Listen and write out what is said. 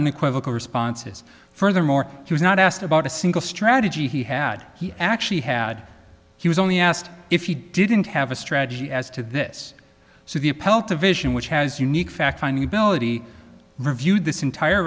unequivocal responses furthermore he was not asked about a single strategy he had he actually had he was only asked if he didn't have a strategy as to this so the appellate division which has unique fact finding ability reviewed this entire